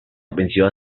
venció